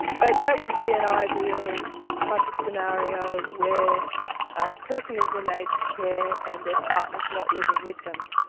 but that would be an ideal type of scenario where a person is in aged care and their partner is not living with them.